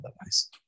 otherwise